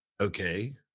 okay